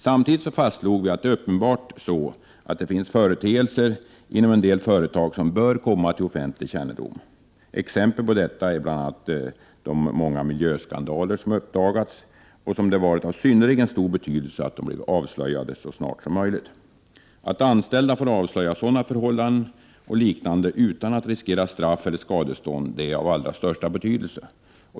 Samtidigt fastslog vi att det uppenbart finns företeelser inom en del företag som bör komma till offentlig kännedom. Exempel på detta är bl.a. de många miljöskandaler som uppdagats och där det varit av synnerligen stor betydelse att de blivit avslöjade så snart som möjligt. Att anställda får avslöja sådana förhållanden och liknande utan att riskera straff eller skadestånd är av allra största vikt.